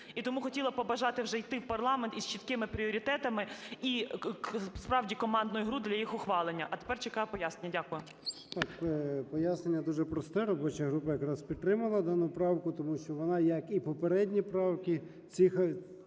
І тому хотіла б побажати вже йти в парламент із чіткими пріоритетами і справді командну гру для їх ухвалення. А тепер чекаю пояснення. Дякую. 11:31:37 ЧЕРНЕНКО О.М. Пояснення дуже просте. Робоча група якраз підтримала дану правку, тому що вона, як і попередні правки